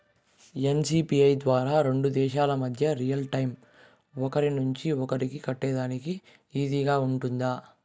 NCPI ద్వారా రెండు దేశాల మధ్య రియల్ టైము ఒకరి నుంచి ఒకరికి కట్టేదానికి ఈజీగా గా ఉంటుందా?